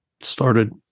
started